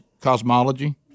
cosmology